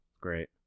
Great